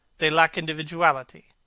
they lack individuality.